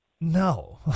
no